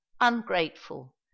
ungrateful